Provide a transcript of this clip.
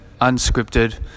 unscripted